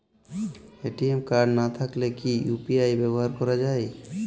ATM card না থাকলে কি ইউ.পি.আই ব্যবহার করা য়ায়?